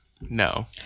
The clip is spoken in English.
No